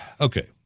Okay